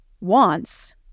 wants